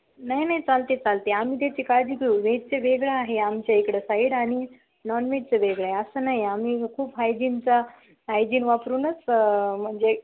नाही नाही चालते चालते आम्ही त्याची काळजी घेऊ व्हेजचं वेगळं आहे आमच्या इकडं साईड आणि नॉनव्हेजचं वेगळं आहे असं नाही आम्ही खूप हायजीनचा हायजिन वापरूनच म्हणजे